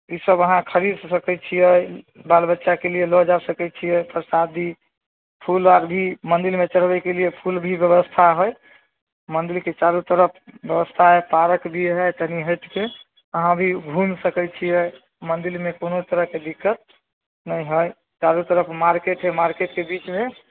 ईसब अहाँ खरीद सकै छिए बाल बच्चाकेलिए लऽ जा सकै छिए परसादी फूल आओर मन्दिरमे चढ़बैकेलिए फूल भी बेबस्था हइ मन्दिरके चारो तरफ बेबस्था हइ पार्क भी हइ तनि हटिकऽ वहाँ भी घुमि सकै छिए मन्दिरमे कोनो तरहके दिक्कत नहि हइ चारू तरफ मार्केट हइ मार्केटके बीचमे